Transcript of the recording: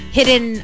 Hidden